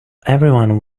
everyone